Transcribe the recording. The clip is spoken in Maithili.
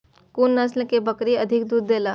कुन नस्ल के बकरी अधिक दूध देला?